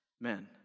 men